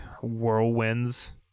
whirlwinds